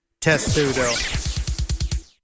Testudo